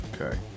Okay